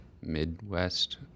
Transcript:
midwest